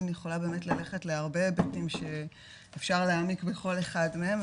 יכולה באמת ללכת להרבה היבטים שאפשר להעמיק בכל אחד מהם,